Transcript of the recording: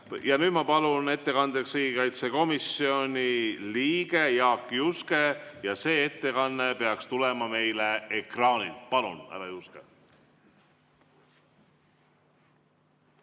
Nüüd ma palun ettekandeks riigikaitsekomisjoni liikme Jaak Juske ja see ettekanne peaks tulema meile ekraanilt. Palun, härra Juske!